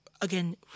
again